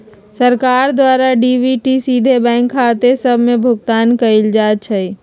सरकार द्वारा डी.बी.टी सीधे बैंक खते सभ में भुगतान कयल जाइ छइ